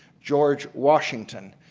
george washington.